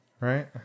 right